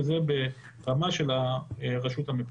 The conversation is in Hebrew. וזה ברמה של הרשות המקומית.